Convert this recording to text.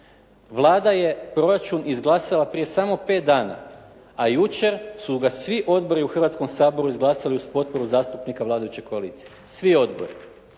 Vlada je proračun izglasala prije samo 5 dana, a jučer su ga svi odbori u Hrvatskom saboru izglasali uz potporu zastupnika vladajuće koalicije. Svi odbori.